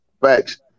Facts